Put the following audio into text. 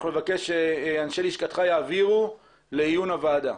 נבקש שאנשי לשכתך יעבירו לעיון הוועדה.